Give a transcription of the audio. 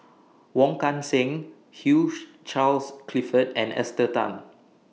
Wong Kan Seng Hugh Charles Clifford and Esther Tan